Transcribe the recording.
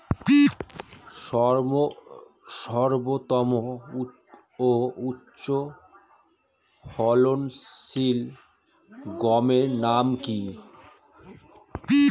সর্বোত্তম ও উচ্চ ফলনশীল গমের নাম কি?